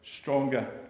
stronger